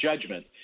judgment